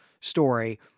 story